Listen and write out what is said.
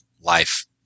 life